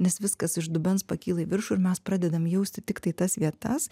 nes viskas iš dubens pakyla į viršų ir mes pradedam jausti tiktai tas vietas